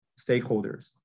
stakeholders